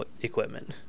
equipment